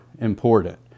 important